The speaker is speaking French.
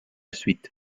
suite